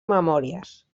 memòries